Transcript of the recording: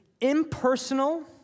impersonal